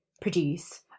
produce